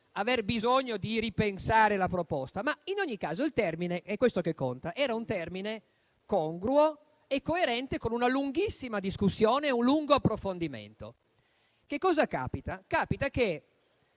aver bisogno di ripensare la proposta. In ogni caso, il termine - è questo che conta - era congruo e coerente con una lunghissima discussione e un lungo approfondimento. Accade poi che